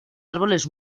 árboles